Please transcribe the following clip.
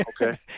Okay